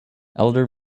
elder